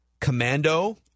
Commando